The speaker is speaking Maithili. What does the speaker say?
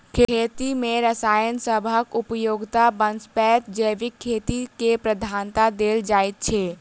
खेती मे रसायन सबहक उपयोगक बनस्पैत जैविक खेती केँ प्रधानता देल जाइ छै